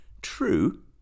true